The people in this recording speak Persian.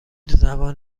زبان